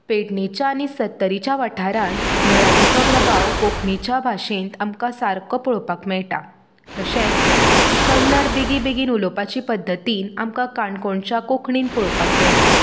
पेडणेच्या आनी सत्तरीच्या वाठारांन मराठीचो प्रभाव कोंकणीच्या भाशेंत आमकां सारको पळोवपाक मेळटा तशेंच कन्नड बेगी बेगीन उलोवपाचे पध्दतीन आमकां कोणकोणच्या कोंकणीन पळोवपाक मेळटा